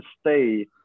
stay